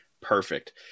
Perfect